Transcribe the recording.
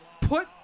put